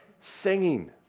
Singing